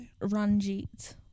Ranjit